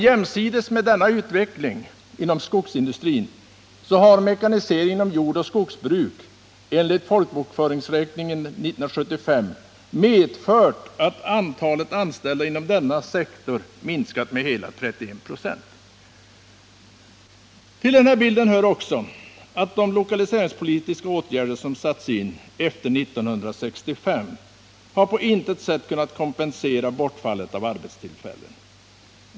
Jämsides med denna utveckling inom skogsindustrin har mekaniseringen inom jordoch skogsbruk enligt folkräkningen 1975 medfört att antalet anställda inom denna sektor minskat med hela 31 96. Till bilden hör också att de lokaliseringspolitiska åtgärder som satts in efter 1965 på intet sätt kunnat kompensera bortfallet av arbetstillfällen.